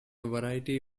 variety